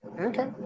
Okay